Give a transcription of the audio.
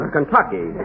Kentucky